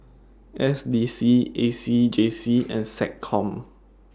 S D C A C J C and Seccom